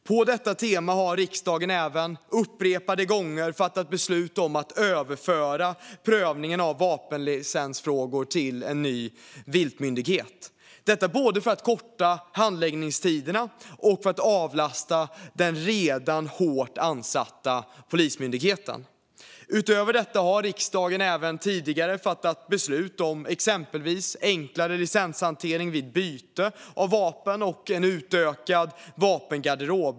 På detta tema har riksdagen även upprepade gånger fattat beslut om att överföra prövningen av vapenlicensfrågor till en viltmyndighet - detta både för att korta handläggningstiderna och för att avlasta den redan hårt ansatta Polismyndigheten. Utöver detta har riksdagen även tidigare fattat beslut om exempelvis enklare licenshantering vid vapenbyte och en utökad vapengarderob.